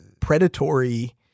predatory